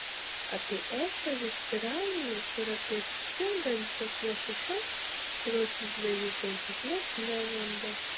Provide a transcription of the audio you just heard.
apie ešerius piranijas ir apie pingančias lašišas kurios į žvejų gaudykles nelenda